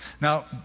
Now